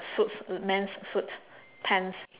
suits men's suit pants